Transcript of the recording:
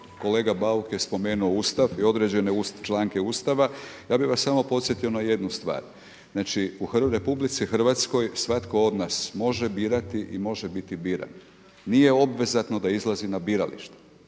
kolega Bauk je spomenuo Ustav i određene članke Ustava, ja bih vas samo podsjetio na jednu stvar, znači u RH svatko od nas može birati i može biti biran. Nije obvezatno da izlazi na biralište.